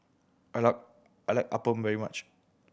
I like I like appam very much